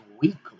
Weekly